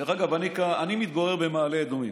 דרך אגב, אני מתגורר במעלה אדומים.